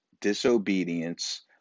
disobedience